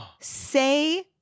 Say